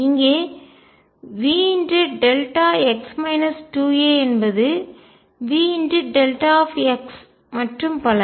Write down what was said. இங்கே Vδx 2a என்பது Vδ மற்றும் பல